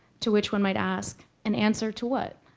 to which one might ask, an answer to what?